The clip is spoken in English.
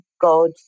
God